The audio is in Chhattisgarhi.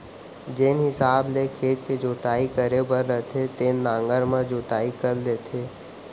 जेन हिसाब ले खेत के जोताई करे बर रथे तेन नांगर म जोताई कर लेथें